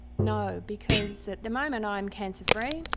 no, because at the moment i'm cancer free.